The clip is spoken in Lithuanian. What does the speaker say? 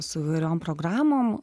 su įvairiom programom